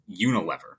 Unilever